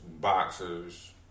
boxers